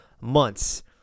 months